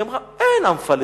היא אמרה: אין פלסטיני.